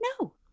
no